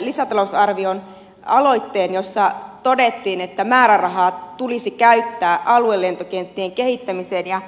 lisätalousarvioaloitteen jossa todettiin että määrärahat tulisi käyttää aluelentokenttien kehittämiseen